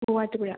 Muvattupuzha